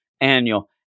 annual